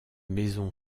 maisons